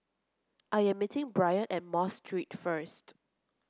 I am meeting Brien at Mosque Street first